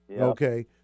Okay